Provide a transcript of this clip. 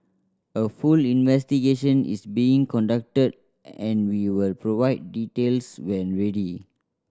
a full investigation is being conducted and we will provide details when ready